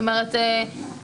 זאת אומרת,